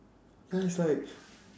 ya he's like